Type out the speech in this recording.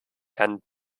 herrn